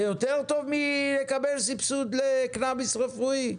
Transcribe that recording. זה יותר טוב מסבסוד לקנביס רפואי?